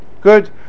good